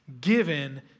given